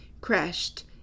crashed